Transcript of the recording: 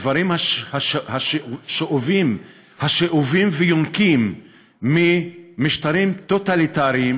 דברים השאובים ויונקים ממשטרים טוטליטריים